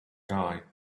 guide